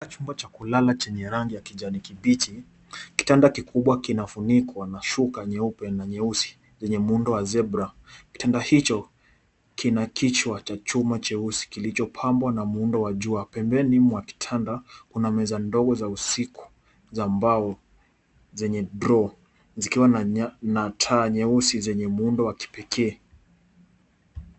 Chumba cha kulala chenye rangi ya kijani kibichi. Kitanda kikubwa kinafunikwa na shuka nyeupe na nyeusi lenye muundo wa zebra. Kitanda hicho kina kichwa ch achuma cheusi kilichopambwa na jua. Pembeni mwa kitanda kuna meza ndogo za usiku za mbao zenye draw zikiwa na taa nyeusi zenye muundo wa kipekee.